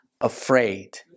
afraid